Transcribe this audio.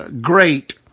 great